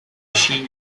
she